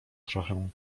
trochę